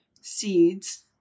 seeds